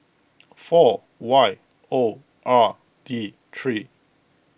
four Y O R D three